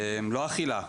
לא האכילה,